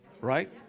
right